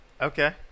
okay